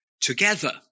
together